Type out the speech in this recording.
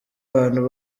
abantu